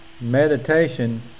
meditation